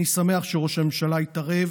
אני שמח שראש הממשלה התערב.